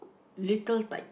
later type